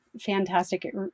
fantastic